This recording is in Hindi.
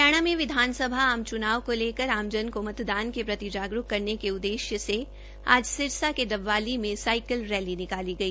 हरियाणा में विधानसभा आम चुनाव को लेकर आजजन को मतदान के प्रति जागरूक करने के उद्देश्य से आज सिरसा के डबवाली में साइकिल रैली निकाली गई